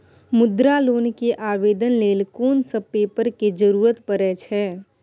मुद्रा लोन के आवेदन लेल कोन सब पेपर के जरूरत परै छै?